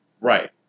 Right